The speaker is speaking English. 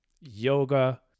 yoga